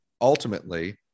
ultimately